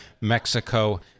Mexico